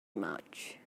much